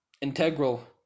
integral